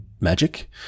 magic